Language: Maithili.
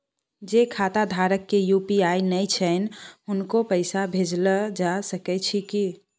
जे खाता धारक के यु.पी.आई नय छैन हुनको पैसा भेजल जा सकै छी कि?